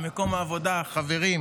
על מקום העבודה ועל החברים,